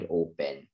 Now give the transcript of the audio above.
open